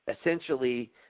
essentially